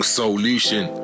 solution